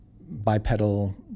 bipedal